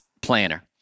planner